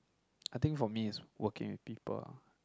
I think for me is working with people ah